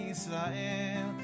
Israel